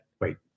wait